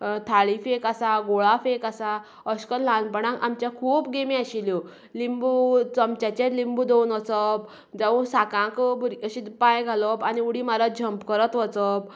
थाळीफेक आसा गोळाफेक आसा अशें करून ल्हानपणांत आमच्या खूब गेमी आशिल्ल्यो लिंबू चमच्याचेर लिंबू दवरून वचप जावं साकांक भुरगीं अशीं पांय घालप आनी उडी मारत जम्प करत वचप